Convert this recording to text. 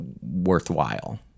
worthwhile